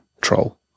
troll